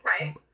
Right